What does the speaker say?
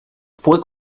fue